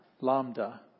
lambda